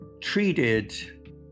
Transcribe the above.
treated